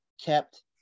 kept